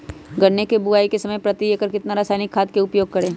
गन्ने की बुवाई के समय प्रति एकड़ कितना रासायनिक खाद का उपयोग करें?